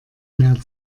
mehr